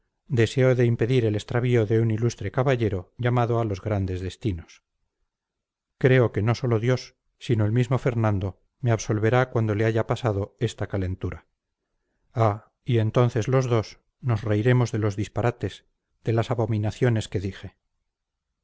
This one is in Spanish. deseo de impedir el extravío de un ilustre caballero llamado a los grandes destinos creo que no sólo dios sino el mismo fernando me absolverá cuando le haya pasado esta calentura ah y entonces los dos nos reiremos de los disparates de las abominaciones que dije